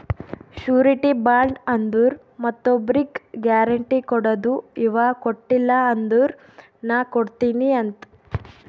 surety bond ಅಂದುರ್ ಮತ್ತೊಬ್ರಿಗ್ guarantee ಕೊಡದು ಇವಾ ಕೊಟ್ಟಿಲ ಅಂದುರ್ ನಾ ಕೊಡ್ತೀನಿ ಅಂತ್